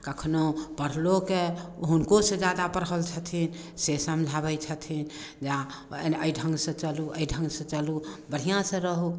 कखनो पढ़लो के हुनको से जादा पढ़ल छथिन से समझाबै छथिन जे एहि ढङ्ग से चलू एहि ढङ्ग से चलू बढ़िआँ से रहु